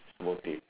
small thief